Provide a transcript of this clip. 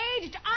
aged